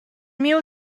miu